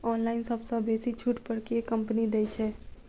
Online सबसँ बेसी छुट पर केँ कंपनी दइ छै?